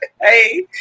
Hey